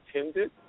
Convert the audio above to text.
attended